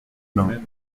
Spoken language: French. bains